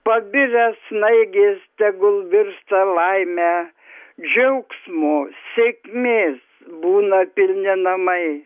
pabirę snaigės tegul virsta laime džiaugsmo sėkmės būna pilni namai